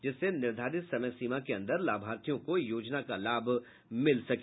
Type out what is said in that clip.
जिससे निर्धारित समय सीमा के अन्दर लाभार्थियों को योजना का लाभ मिल सके